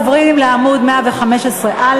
מעונות ממשלתיים לנכים,